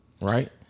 right